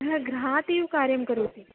न गृहात् एव कार्यं करोति